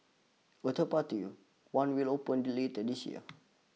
a third party one will open later this year